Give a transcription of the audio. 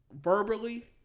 verbally